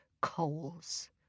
coals